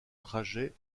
trajet